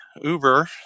Uber